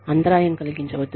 అంతరాయం కలిగించవద్దు